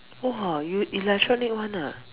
!whoa! you electronic [one] ah